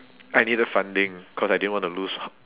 I needed funding cause I didn't want to lose